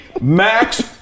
max